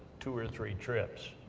two, or three trips